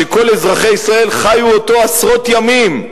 שכל אזרחי ישראל חיו אותו עשרות ימים.